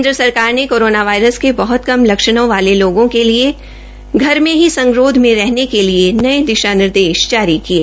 केन्द्र सरकार ने कोरोना वायरस के बहत कम लक्षणों वाले लोगों के लिए घर में ही संगरोध में रहने के लिए नये दिशा निर्देश जारी किये